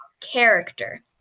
character